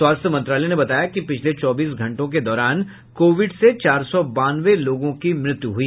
स्वास्थ्य मंत्रालय ने बताया कि पिछले चौबीस घंटों के दौरान कोविड से चार सौ बानवे लोगों की मृत्यु हुई